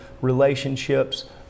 relationships